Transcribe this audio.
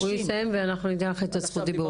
שניה, הוא יסיים ואנחנו ניתן לך את זכות הדיבור.